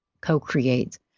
co-create